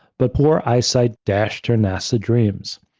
but poor eyesight dashed her nasa dreams.